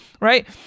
right